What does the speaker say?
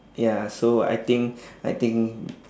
ya so I think I think